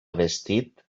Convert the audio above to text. vestit